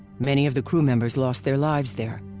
many of the crew members lost their lives there.